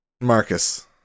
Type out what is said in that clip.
Marcus